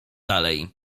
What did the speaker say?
dalej